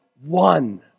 one